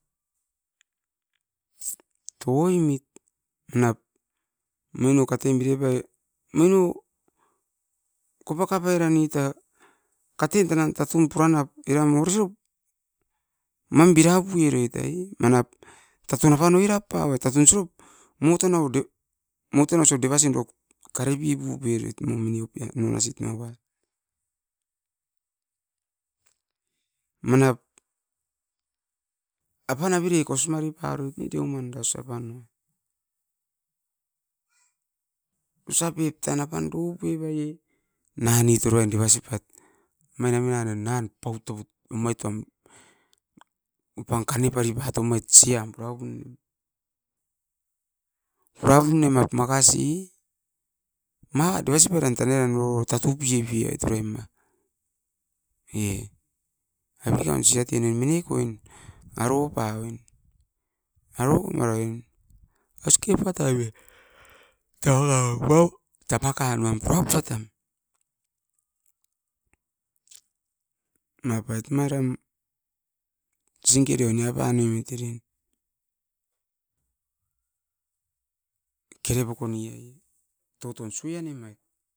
Moino kopa kapai ran nita moinom oro tatu puaai. Katen tan tatun pura nap noit aus osirop mam bira puieroit ai. Manap tatun apan oirap pipaoim, mo tanau oro de vasin kare pavoi. No apan kana ppari pat omain sian pura pune mait. Aine mini van no tan oro pura pune mait. Aine mini van no tan oro pura pait mait. Aine mini van o tan oro pura patam mavait eram sinkeroit nia panoimit era, aro mara oin evatop osa pura patam mavait eram sinkeroit nia panoimit era, aro mara oin evatop osa pura patam mavait eram sinkeroit nia panoimit era kere poko neait, toton sueane mait.